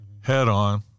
head-on